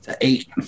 Eight